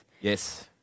yes